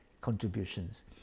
contributions